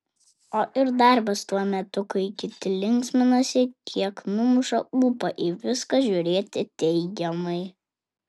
o ir darbas tuo metu kai kiti linksminasi kiek numuša ūpą į viską žiūrėti teigiamai